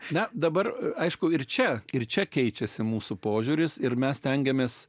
na dabar aišku ir čia ir čia keičiasi mūsų požiūris ir mes stengiamės